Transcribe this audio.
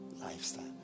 lifestyle